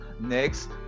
next